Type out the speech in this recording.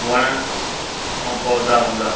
वण ऐं पौधा हूंदा